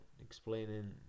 explaining